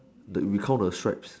that you call the stripe